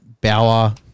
Bauer